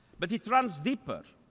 but it runs deeper.